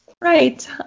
Right